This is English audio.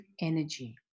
energy